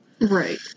Right